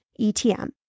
ETM